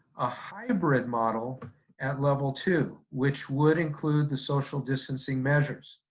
a hybrid model at level two, which would include the social distancing measures.